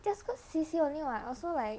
just go see see only [what] also like